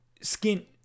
skin